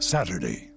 Saturday